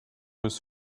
his